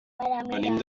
venim